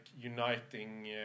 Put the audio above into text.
uniting